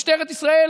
משטרת ישראל